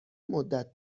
مدت